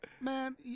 man